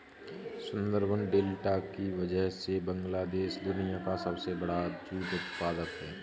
Sundarban delta की वजह से बांग्लादेश दुनिया का सबसे बड़ा जूट उत्पादक है